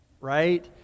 right